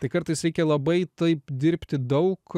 tai kartais reikia labai taip dirbti daug